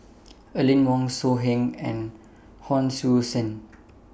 Aline Wong So Heng and Hon Sui Sen